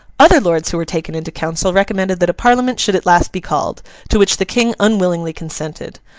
other lords who were taken into council, recommended that a parliament should at last be called to which the king unwillingly consented.